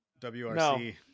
WRC